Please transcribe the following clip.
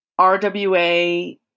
RWA